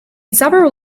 several